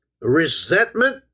Resentment